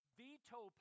veto